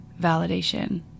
validation